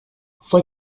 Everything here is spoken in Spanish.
fue